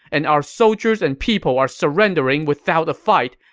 and our soldiers and people are surrendering without a fight.